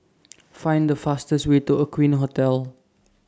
Find The fastest Way to Aqueen Hotel